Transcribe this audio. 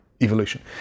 evolution